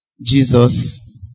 Jesus